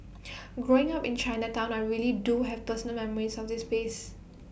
growing up in Chinatown I really do have personal memories of this space